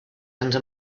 under